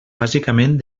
bàsicament